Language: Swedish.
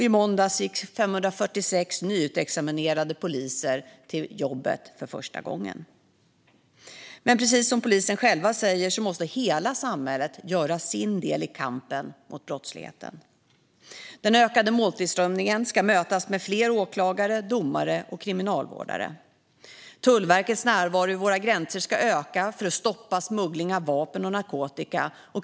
I måndags gick 546 nyutexaminerade poliser till jobbet för första gången. Men precis som polisen själv säger måste hela samhället göra sin del i kampen mot brottsligheten. Den ökade måltillströmningen ska mötas med fler åklagare, domare och kriminalvårdare. Tullverkets närvaro vid våra gränser ska öka för att stoppa smuggling av vapen och narkotika.